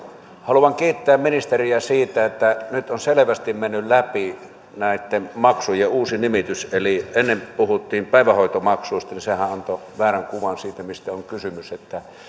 haluan kiittää ministeriä siitä että nyt on selvästi mennyt läpi näitten maksujen uusi nimitys eli kun ennen puhuttiin päivähoitomaksuista niin sehän antoi väärän kuvan siitä mistä on kysymys